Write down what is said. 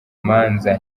manza